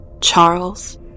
Charles